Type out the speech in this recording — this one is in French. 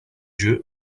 jeux